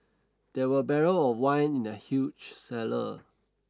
there were barrel of wine in the huge cellar